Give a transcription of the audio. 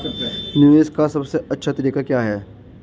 निवेश का सबसे अच्छा तरीका क्या है?